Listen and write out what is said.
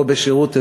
או בשירות אזרחי,